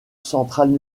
centrales